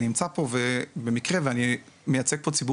אני נמצא פה במקרה ואנחנו מדברים פה בדיון על ציבור